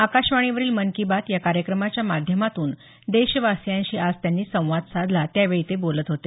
आकाशवाणीवरील मन की बात या कार्यक्रमाच्या माध्यमातून देशवासियांशी आज त्यांनी संवाद साधला त्यावेळी ते बोलत होते